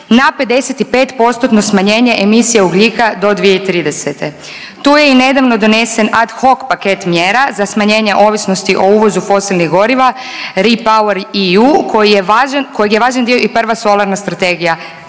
na 55% smanjenje emisije ugljika do 2030. Tu je i nedavno donesen ad hoc paket mjera za smanjenje ovisnosti o uvozu fosilnih goriva REPowerEU kojeg je važan dio i prva solarna strategija